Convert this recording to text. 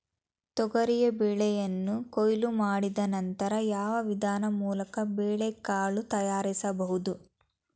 ತೊಗರಿ ಬೇಳೆಯನ್ನು ಕೊಯ್ಲು ಮಾಡಿದ ನಂತರ ಯಾವ ವಿಧಾನದ ಮೂಲಕ ಬೇಳೆಕಾಳು ತಯಾರಿಸಬಹುದು?